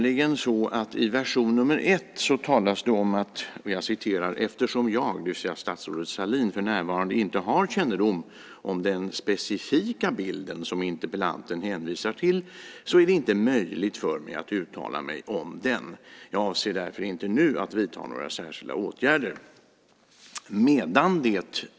I version 1 sägs nämligen att eftersom statsrådet Sahlin för närvarande inte har kännedom om den specifika bilden som interpellanten hänvisar till är det inte möjligt för henne att uttala sig om den, och hon avser därför inte att nu vidta några särskilda åtgärder.